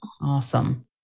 Awesome